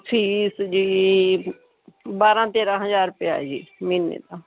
fees ਜੀ ਬਾਰ੍ਹਾਂ ਤੇਰ੍ਹਾਂ ਹਜ਼ਾਰ ਰੁਪਇਆ ਹੈ ਜੀ ਮਹੀਨੇ ਦਾ